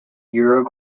euro